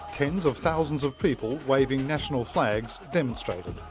tens of thousands of people waving national flags, demonstrated.